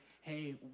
hey